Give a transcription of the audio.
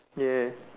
ya